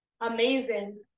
amazing